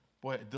Boy